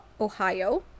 Ohio